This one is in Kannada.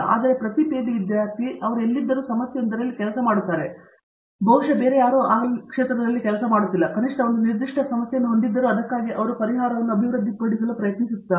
ಆದ್ದರಿಂದ ಪ್ರತಿ ಪಿಎಚ್ಡಿ ವಿದ್ಯಾರ್ಥಿ ಅವರು ಎಲ್ಲಿದ್ದರೂ ಸಮಸ್ಯೆಯೊಂದರಲ್ಲಿ ಕೆಲಸ ಮಾಡುತ್ತಿದ್ದಾರೆ ಇದು ಬಹುಶಃ ಯಾರೂ ಕೆಲಸ ಮಾಡುತ್ತಿಲ್ಲ ಕನಿಷ್ಠ ಒಂದು ನಿರ್ದಿಷ್ಟ ಸಮಸ್ಯೆಯೊಂದನ್ನು ಹೊಂದಿದ್ದರೂ ಅದಕ್ಕಾಗಿ ಅವರು ಅದರ ಪರಿಹಾರವನ್ನು ಅಭಿವೃದ್ಧಿಪಡಿಸಲು ಪ್ರಯತ್ನಿಸುತ್ತಿದ್ದಾರೆ